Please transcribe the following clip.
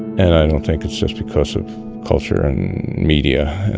and i don't think it's just because of culture and media